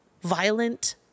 violent